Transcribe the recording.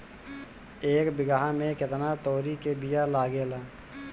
एक बिगहा में केतना तोरी के बिया लागेला?